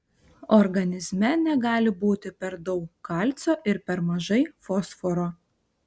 organizme negali būti per daug kalcio ir per mažai fosforo